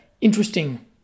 interesting